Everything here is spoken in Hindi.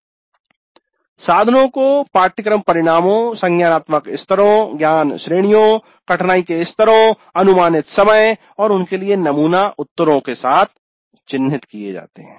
साधनों आइटम्स items को पाठ्यक्रम परिणामों संज्ञानात्मक स्तरों ज्ञान श्रेणियों कठिनाई स्तरों अनुमानित समय और उनके लिए नमूना उत्तरों के साथ चिन्हित किये जाते है